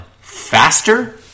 faster